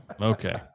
Okay